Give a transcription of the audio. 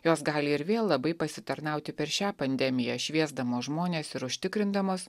jos gali ir vėl labai pasitarnauti per šią pandemiją šviesdamos žmones ir užtikrindamos